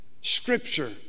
Scripture